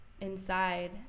inside